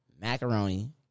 macaroni